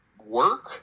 work